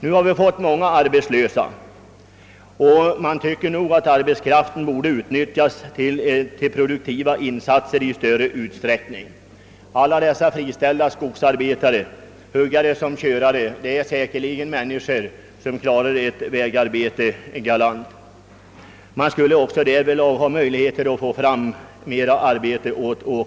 Vi har fått många arbetslösa, och man tycker att arbetskraften borde utnyttjas till positiva insatser i större utsträckning än som nu är fallet. Alla dessa friställda skogsarbetare — huggare såväl som körare — klarar säkerligen ett vägarbete galant. Om vägarbetena fick större omfattning skulle man också har möjligheter att ge åkarna fler arbetstillfällen.